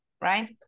right